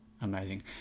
amazing